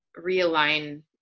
realign